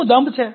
શું દંભ છે